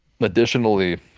Additionally